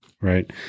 Right